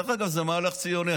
זה מהלך ציוני.